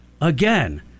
again